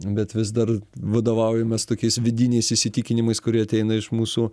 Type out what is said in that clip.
bet vis dar vadovaujamės tokiais vidiniais įsitikinimais kurie ateina iš mūsų